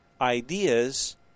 ideas